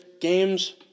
Games